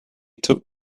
took